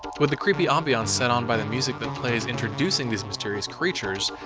with the creepy ambience set on by the music that plays introducing these mysterious creatures,